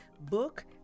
book